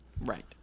Right